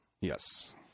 Yes